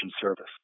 service